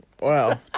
Wow